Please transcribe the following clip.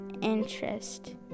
interest